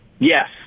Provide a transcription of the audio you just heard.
Yes